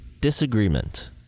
Disagreement